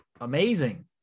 amazing